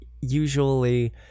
usually